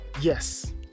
Yes